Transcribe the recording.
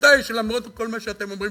ועובדה היא שלמרות כל מה שאתם אומרים